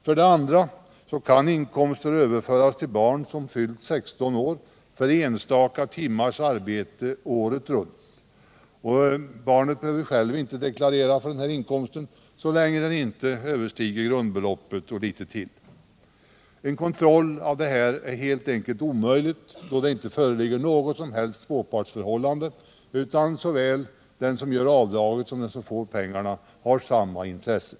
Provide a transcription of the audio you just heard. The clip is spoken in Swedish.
För det andra kan företagsinkomster överföras till barn som fyllt 16 år för enstaka timmars arbete året runt. Barnet behöver inte deklarera för en sådan inkomst så länge den inte överstiger grundbeloppet eller något därutöver. En kontroll av detta är helt enkelt omöjlig, då det i detta fall inte föreligger något som helst tvåpartsförhållande, utan den som gör avdraget och den som får pengarna har samma intressen.